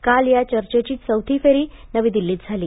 काल या चर्चेची चौथी फेरी नवी दिल्लीत झाली